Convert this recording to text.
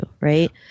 right